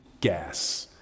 gas